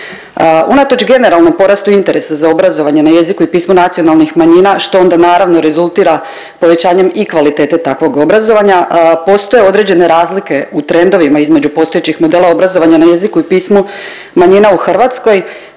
Unatoč generalnom porastu interesa za obrazovanje na jeziku i pismu nacionalnih manjina što onda naravno rezultira povećanjem i kvalitete takvog obrazovanja postoje određene razlike u trendovima između postojećih modela obrazovanja na jeziku i pismu manjina u Hrvatskoj.